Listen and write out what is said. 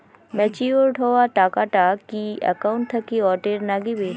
Matured হওয়া টাকাটা কি একাউন্ট থাকি অটের নাগিবে?